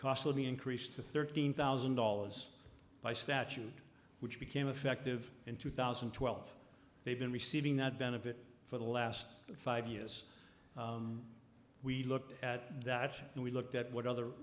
costly increase to thirteen thousand dollars by statute which became effective in two thousand and twelve they've been receiving that benefit for the last five years we looked at that and we looked at what other